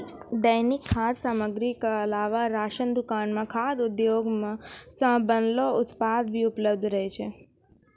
दैनिक खाद्य सामग्री क अलावा राशन दुकान म खाद्य उद्योग सें बनलो उत्पाद भी उपलब्ध रहै छै